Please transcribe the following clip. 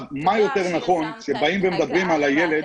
מה יותר נכון שכאשר מדברים על הילד,